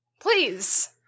please